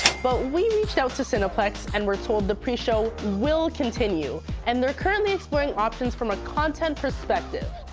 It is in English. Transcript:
but we reached out to cineplex and we're told the pre-show will continue and they're currently exploring options from a content perspective.